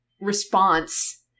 response